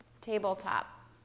Tabletop